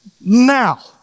now